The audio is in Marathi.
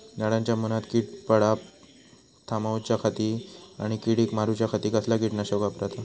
झाडांच्या मूनात कीड पडाप थामाउच्या खाती आणि किडीक मारूच्याखाती कसला किटकनाशक वापराचा?